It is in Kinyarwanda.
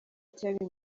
cyari